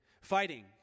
Fighting